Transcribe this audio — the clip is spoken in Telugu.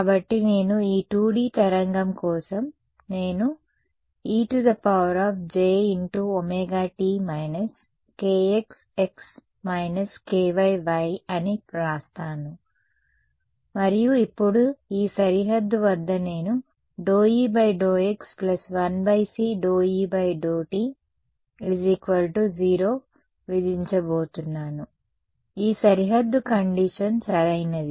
కాబట్టి నేను ఈ 2D తరంగం కోసం నేను ejωt kxx kyy అని వ్రాస్తాను మరియు ఇప్పుడు ఈ సరిహద్దు వద్ద నేను ∂E∂x1c∂E∂t0 విధించబోతున్నది ఈ సరిహద్దు కండీషన్ సరైనది